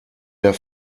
der